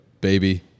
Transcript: Baby